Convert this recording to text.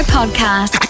Podcast